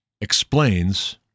explains